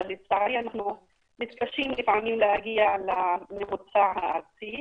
אבל לצערי אנחנו מתקשים להגיע לממוצע הארצי.